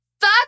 Fuck